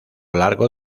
largo